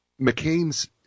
McCain's